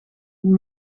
een